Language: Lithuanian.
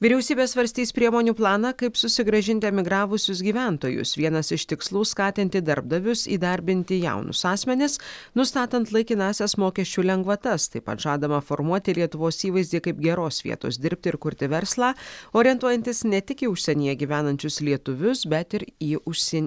vyriausybė svarstys priemonių planą kaip susigrąžinti emigravusius gyventojus vienas iš tikslų skatinti darbdavius įdarbinti jaunus asmenis nustatant laikinąsias mokesčių lengvatas taip pat žadama formuoti lietuvos įvaizdį kaip geros vietos dirbti ir kurti verslą orientuojantis ne tik į užsienyje gyvenančius lietuvius bet ir į užsienio